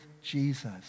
Jesus